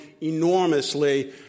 enormously